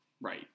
Right